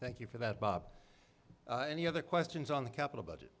thank you for that bob any other questions on the capital budget